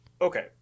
Okay